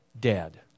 dead